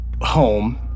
home